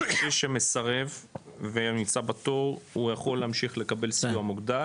מי שמסרב ונמצא בתור הוא יכול להמשיך לקבל סיוע מוגדל?